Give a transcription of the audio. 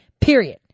period